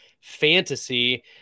Fantasy